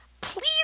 please